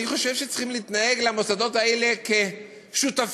אני חושב שצריך להתנהג למוסדות האלה כשותפים,